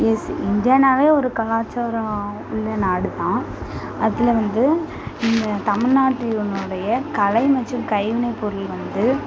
AC இந்தியானாலே ஒரு கலாச்சாரம் உள்ள நாடு தான் அதில் வந்து இந்த தமிழ்நாட்டினுடைய கலை மற்றும் கைவினை பொருள் வந்து